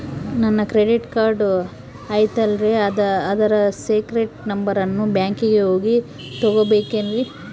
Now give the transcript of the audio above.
ನನ್ನ credit card ಐತಲ್ರೇ ಅದರ ಸೇಕ್ರೇಟ್ ನಂಬರನ್ನು ಬ್ಯಾಂಕಿಗೆ ಹೋಗಿ ತಗೋಬೇಕಿನ್ರಿ?